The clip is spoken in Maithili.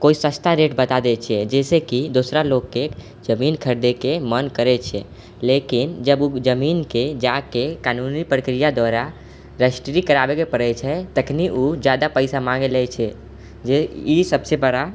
कोइ सस्ता रेट बता दै छियै जाहिसँ कि दोसरा लोगके जमीन खरीदैके मन करै छै लेकिन जब उ जमीनके जाके कानूनी प्रक्रिया द्वारा रजिस्ट्री करावैके पड़ै छै तखनी उ जादा पैसा माँग लै छै जे ई सबसँ बड़ा